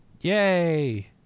Yay